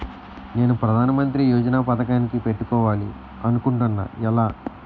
నేను ప్రధానమంత్రి యోజన పథకానికి పెట్టుకోవాలి అనుకుంటున్నా ఎలా?